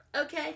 okay